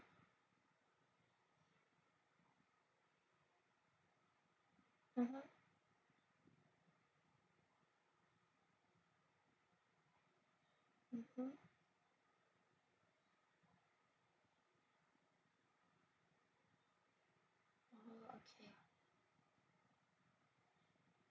mmhmm mmhmm okay